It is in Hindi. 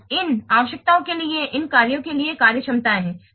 तो इन आवश्यकताओं के लिए इन कार्यों के लिए कार्यक्षमताएं हैं